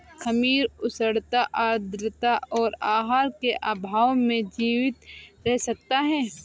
खमीर उष्णता आद्रता और आहार के अभाव में जीवित रह सकता है